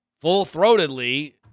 full-throatedly